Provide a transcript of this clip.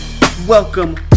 welcome